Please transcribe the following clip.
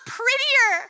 prettier